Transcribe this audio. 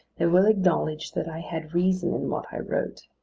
they will acknowledge that i had reason in what i wrote.